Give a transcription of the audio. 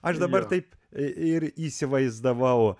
aš dabar taip ir įsivaizdavau